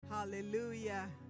hallelujah